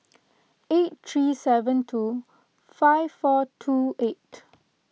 eight three seven two five four two eight